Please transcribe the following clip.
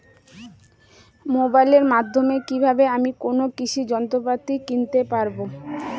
মোবাইলের মাধ্যমে কীভাবে আমি কোনো কৃষি যন্ত্রপাতি কিনতে পারবো?